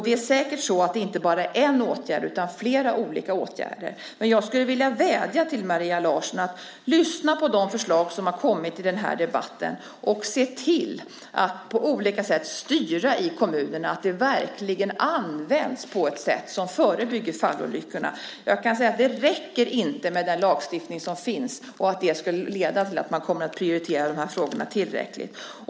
Det är säkert så att det inte bara behövs en åtgärd utan flera olika åtgärder. Jag skulle vilja vädja till Maria Larsson att lyssna på de förslag som har kommit i den här debatten och se till att på olika sätt styra att de verkligen används i kommunerna på ett sätt som förebygger fallolyckor. Det räcker inte med den lagstiftning som finns. Den leder inte till att man prioriterar de här frågorna tillräckligt.